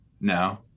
No